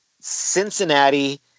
Cincinnati